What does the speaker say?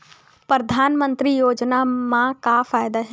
परधानमंतरी योजना म का फायदा?